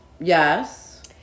Yes